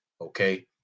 okay